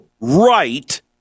right